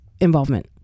involvement